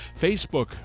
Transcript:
Facebook